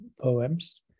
poems